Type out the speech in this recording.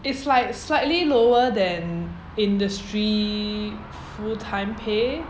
it's like slightly lower than industry full time pay